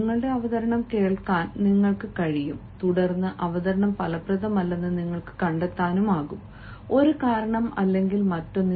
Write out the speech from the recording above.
നിങ്ങളുടെ അവതരണം കേൾക്കാൻ നിങ്ങൾക്ക് കഴിയും തുടർന്ന് അവതരണം ഫലപ്രദമല്ലെന്ന് നിങ്ങൾക്ക് കണ്ടെത്താനാകും ഒരു കാരണം അല്ലെങ്കിൽ മറ്റൊന്ന്